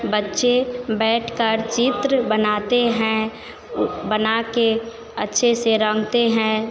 बच्चे बैठकर चित्र बनाते है बनाकर अच्छे से रंगते हैं